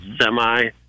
Semi